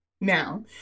Now